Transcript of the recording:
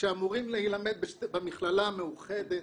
שאמורים להילמד במכללה המאוחדת.